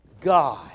God